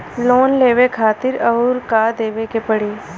Loan लेवे खातिर अउर का देवे के पड़ी?